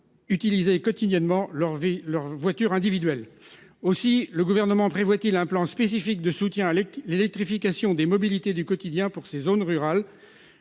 Utiliser quotidiennement leur vie leur voiture individuelle aussi, le gouvernement prévoit-il un plan spécifique de soutien à l'électrification des mobilités du quotidien pour ces zones rurales,